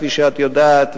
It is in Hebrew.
כפי שאת יודעת,